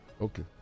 Okay